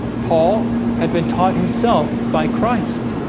paul had been taught himself by christ